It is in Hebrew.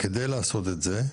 על מנת לעשות את זה,